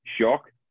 shock